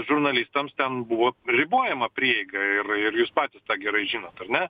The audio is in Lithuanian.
žurnalistams ten buvo ribojama prieiga ir ir jūs patys tą gerai žinot ar ne